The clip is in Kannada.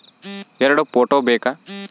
ಎರಡು ಫೋಟೋ ಬೇಕಾ?